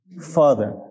father